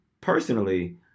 personally